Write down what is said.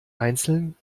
einzeln